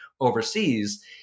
overseas